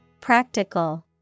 practical